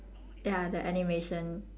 ya the animation